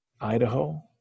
Idaho